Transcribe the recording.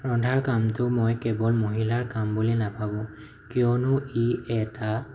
ৰন্ধাৰ কামটো মই কেৱল মহিলাৰ কাম বুলি নাভাবোঁ কিয়নো ই এটা